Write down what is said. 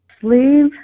sleeve